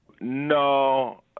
No